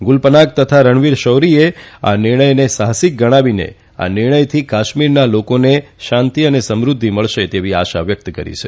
ગુલ પનાગ તથા રણવીર શૌરીએ આ નિર્ણયને સાહસિક ગણાવીને આ નિર્ણયથી કાશ્મીરના લોકોને શાંતિ અને સમૃધ્ય મળશે તેવી આશા વ્યક્ત કરી છે